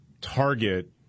target